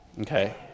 Okay